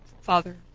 father